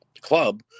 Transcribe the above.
Club